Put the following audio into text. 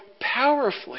powerfully